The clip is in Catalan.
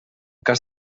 cas